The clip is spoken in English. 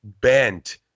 bent